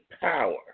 power